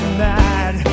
mad